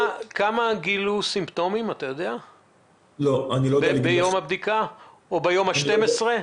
כמה מתוכם גילו סימפטומים ביום הבדיקה או ביום ה-12?